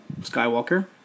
Skywalker